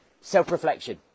self-reflection